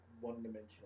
one-dimensional